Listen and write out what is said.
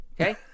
Okay